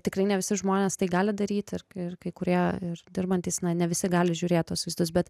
tikrai ne visi žmonės tai gali daryt ir ir kai kurie ir dirbantys na na ne visi gali žiūrėt tuos vaizdus bet